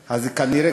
מרצונו.